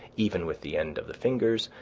even with the ends of the fingers,